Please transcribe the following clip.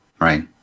Right